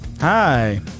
Hi